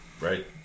right